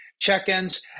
check-ins